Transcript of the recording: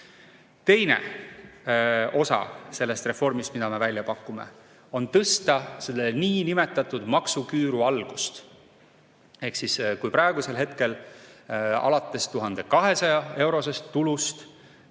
Teine osa sellest reformist, mida me välja pakume, on tõsta selle niinimetatud maksuküüru algust. Ehk kui praegu alates 1200‑eurosest tulust